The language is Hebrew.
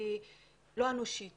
היא לא אנושית